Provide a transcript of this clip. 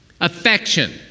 Affection